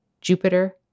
Jupiter